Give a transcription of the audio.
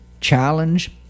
challenge